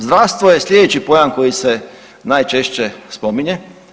Zdravstvo je slijedeći pojam koji se najčešće spominje.